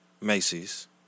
Macy's